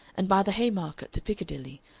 and by the haymarket to piccadilly,